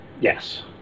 Yes